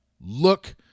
look